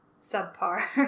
subpar